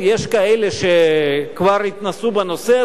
יש כאלה שכבר התנסו בנושא הזה,